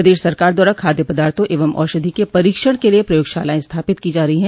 प्रदेश सरकार द्वारा खादय पदार्थो एवं औषधि के परीक्षण के लिए प्रयोगशालायें स्थापित की जा रही हैं